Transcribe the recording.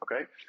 Okay